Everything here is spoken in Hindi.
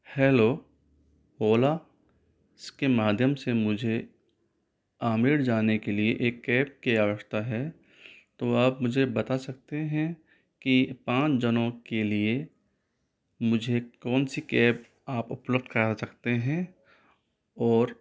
हेलो ओला इसके माध्यम से मुझे आमेर जाने के लिए एक कैब की आवश्यकता है तो आप मुझे बता सकते हैं की पाँच जनों के लिए मुझे कौन सी कैब आप उपलब्ध करा सकते हैं और